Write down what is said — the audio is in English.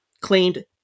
claimed